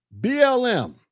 BLM